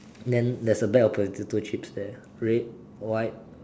then there's a bag of potato chips there red white